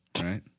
right